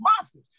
monsters